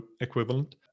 equivalent